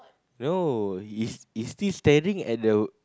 no is is he standing at the